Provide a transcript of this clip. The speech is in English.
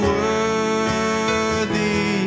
worthy